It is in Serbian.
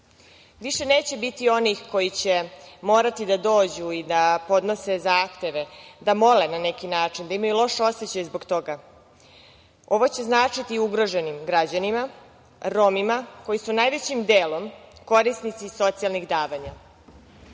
neće biti onih koji će morati da dođu i da podnose zahteve, da mole, na neki način, da imaju loš osećaj zbog toga. Ovo će značiti ugroženim građanima, Romima koji su najvećim delom korisnici socijalnih davanja.